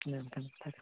ᱚᱱᱮ ᱚᱱᱠᱟᱱ ᱠᱟᱛᱷᱟ